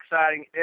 exciting